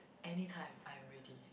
anytime I'm ready